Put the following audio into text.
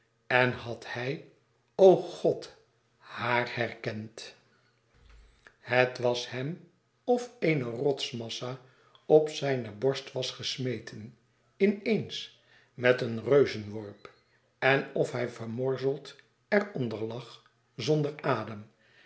en had hij o god haar herkend het was hem of eene rotsmassa op zijne borst was gesmeten in eens met een reuzenworp en of hij vermorzeld er onder lag zonder adem